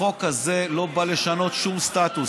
החוק הזה לא בא לשנות שום סטטוס.